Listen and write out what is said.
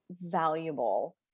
valuable